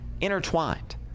intertwined